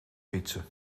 fietsen